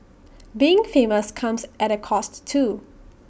being famous comes at A cost too